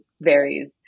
varies